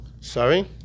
Sorry